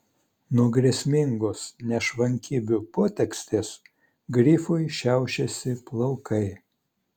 nuo grėsmingos nešvankybių potekstės grifui šiaušėsi plaukai